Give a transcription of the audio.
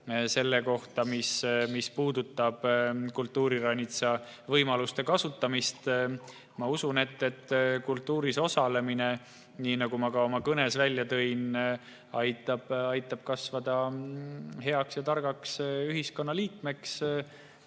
selle kohta, mis puudutab kultuuriranitsa võimaluste kasutamist. Ma usun, et kultuuris osalemine, nii nagu ma ka oma kõnes välja tõin, aitab kasvada heaks ja targaks ühiskonnaliikmeks.